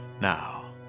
Now